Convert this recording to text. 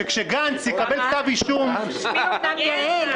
שכשגנץ יקבל כתב אישום --- שמי אומנם יעל,